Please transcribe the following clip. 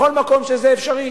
בכל מקום שזה אפשרי.